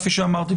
כפי שאמרתי,